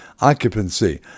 occupancy